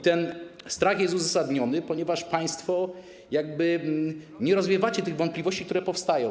Ten strach jest uzasadniony, ponieważ państwo nie rozwiewacie tych wątpliwości, które powstają.